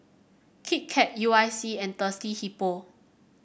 Kit Kat U I C and Thirsty Hippo